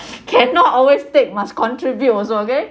cannot always take must contribute also okay